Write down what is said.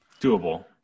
doable